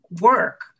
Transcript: work